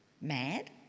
Mad